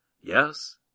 Yes